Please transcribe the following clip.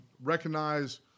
recognize